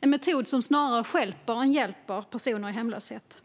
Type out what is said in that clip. en metod som snarare stjälper än hjälper personer i hemlöshet.